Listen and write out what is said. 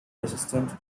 resistance